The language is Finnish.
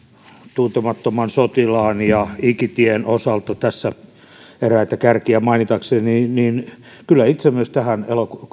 tuntemattoman sotilaan ja ikitien osalta eräitä kärkiä mainitakseni kyllä itse myös tähän